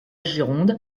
gironde